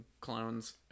clones